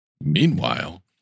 Meanwhile